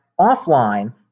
offline